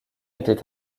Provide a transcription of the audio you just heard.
était